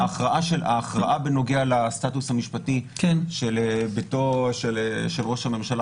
--- ההכרעה בנוגע לסטטוס המשפטי של ביתו של ראש הממשלה